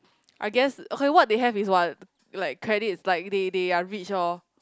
I guess okay what they have is what like credit is like they they are rich oh